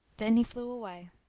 then he flew away.